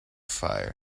fire